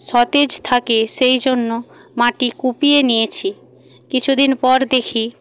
সতেজ থাকে সেই জন্য মাটি কুপিয়ে নিয়েছি কিছু দিন পর দেখি